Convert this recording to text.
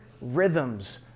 rhythms